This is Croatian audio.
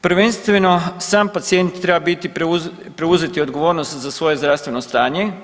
Prvenstveno sam pacijent treba preuzeti odgovornost za svoje zdravstveno stanje.